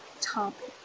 topic